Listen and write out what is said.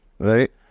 Right